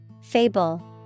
Fable